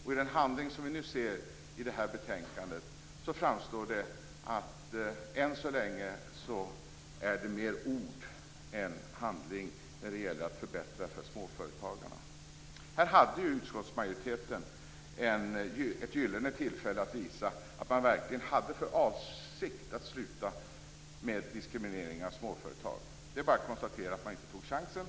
Av den handling vi nu ser i det här betänkandet framstår det som att det än så länge är mer ord än handling när det gäller att förbättra för småföretagarna. Här hade utskottsmajoriteten ett gyllene tillfälle att visa att man verkligen hade för avsikt att sluta med diskriminering av småföretag. Det är bara att konstatera att man inte tog chansen.